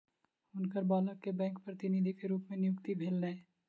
हुनकर बालक के बैंक प्रतिनिधि के रूप में नियुक्ति भेलैन